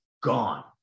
gone